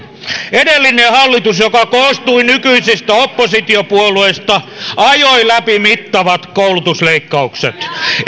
edellinen hallitus joka koostui nykyisistä oppositiopuolueista ajoi läpi mittavat koulutusleikkaukset